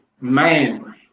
Man